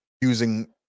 using